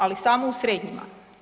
Ali samo u srednjima.